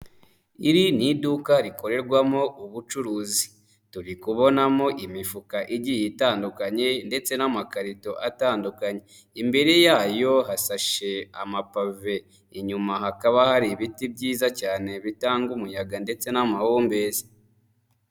Iri ni iduka rikorerwamo ubucuruzi, Turi kubonamo imifuka igiye itandukanye ndetse n'amakarito atandukanye, imbere yayo hasashe amapave. Inyuma hakaba hari ibiti byiza cyane bitanga umuyaga ndetse n'amahumbezi.